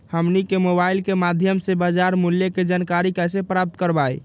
हमनी के मोबाइल के माध्यम से बाजार मूल्य के जानकारी कैसे प्राप्त करवाई?